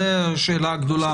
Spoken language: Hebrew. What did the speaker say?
זאת השאלה הגדולה.